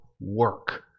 work